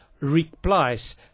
replies